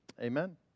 Amen